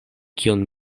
kion